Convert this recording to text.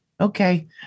okay